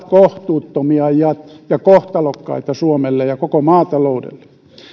kohtuuttomia ja ja kohtalokkaita suomelle ja koko maataloudelle